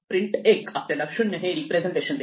print l आपल्याला 0 हे representation देईल